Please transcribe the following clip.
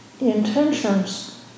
intentions